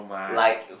likes